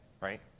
right